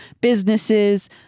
businesses